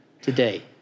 today